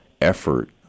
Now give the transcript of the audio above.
effort